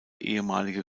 ehemalige